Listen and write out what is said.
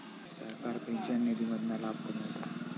सरकार पेंशन निधी मधना लाभ कमवता